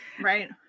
Right